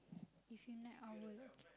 if you night owl okay